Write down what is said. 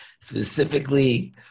specifically